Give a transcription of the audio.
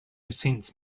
sense